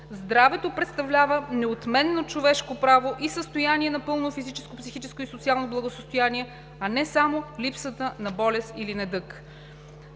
„Здравето“, и представлява неотменимо човешко право и „състояние на пълно физическо, психическо и социално благосъстояние, а не само липсата на болест или недъг.